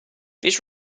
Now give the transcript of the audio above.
this